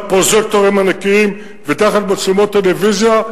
פרוז'קטורים ענקיים ותחת מצלמות טלוויזיה,